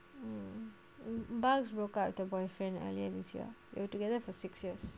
mm bugs broke up the boyfriend earlier this year they were together for six years